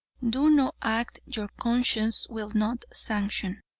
do no act your conscience will not sanction.